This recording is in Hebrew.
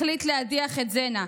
החליט להדיח את זנה,